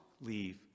leave